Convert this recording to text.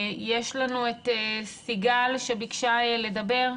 יש לנו את סיגל שביקשה לדבר.